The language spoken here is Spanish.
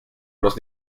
los